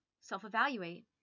self-evaluate